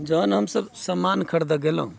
जहन हमसब समान खरीदए गेलहुँ